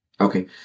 Okay